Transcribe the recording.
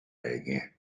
again